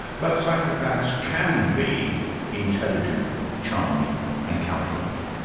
but psychopaths can be intelligent, charming and calculating.